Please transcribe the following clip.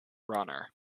runner